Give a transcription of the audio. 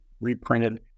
reprinted